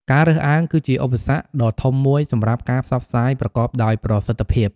ការរើសអើង គឺជាឧបសគ្គដ៏ធំមួយសម្រាប់ការផ្សព្វផ្សាយប្រកបដោយប្រសិទ្ធភាព។